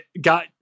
got